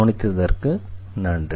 கவனித்ததற்கு நன்றி